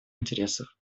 интересов